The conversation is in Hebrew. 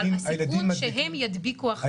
אבל הסיכון שהם ידביקו אחרים הוא מאוד נמוך.